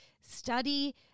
study